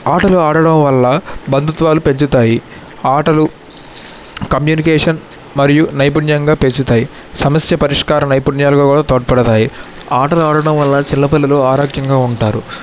ఆటలు ఆడడం వల్ల బంధుత్వాలు పెంచుతాయి ఆటలు కమ్యూనికేషన్ మరియూ నైపుణ్యంగా పెంచుతాయి సమస్య పరిష్కారం నైపుణ్యాలుగా కూడా తోడ్పడతాయి ఆటలు ఆడడం వల్ల చిన్నపిల్లలు ఆరోగ్యంగా ఉంటారు